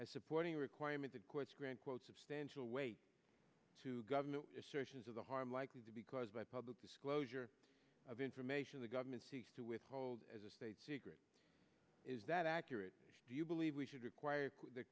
as supporting a requirement that courts grant quote substantial weight to government searches of the harm likely to be caused by public disclosure of information the government seeks to withhold as a state secret is that accurate do you believe we should require the